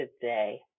today